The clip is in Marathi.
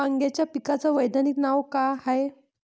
वांग्याच्या पिकाचं वैज्ञानिक नाव का हाये?